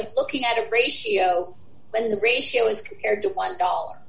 of looking at a ratio when the ratio is compared to one dollar